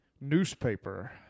newspaper